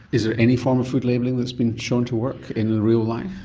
is there any form of food labelling that's been shown to work in real life?